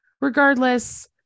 regardless